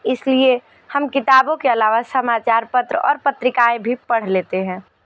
इसलिए हम किताबों के अलावा समाचार पत्र और पत्रिकाएँ भी पढ़ लेते हैं